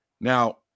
Now